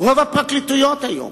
רוב הפרקליטויות היום,